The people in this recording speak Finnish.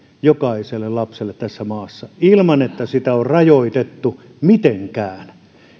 jokaiselle lapselle tässä maassa ilman että sitä on rajoitettu mitenkään